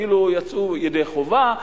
כאילו יצאו ידי חובה,